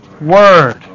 Word